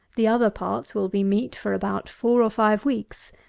the other parts will be meat for about four or five weeks.